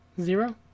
Zero